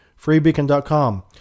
Freebeacon.com